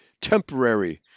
temporary